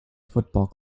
football